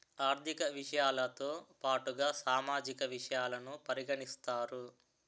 ఆర్థిక విషయాలతో పాటుగా సామాజిక విషయాలను పరిగణిస్తారు